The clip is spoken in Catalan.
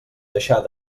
deixar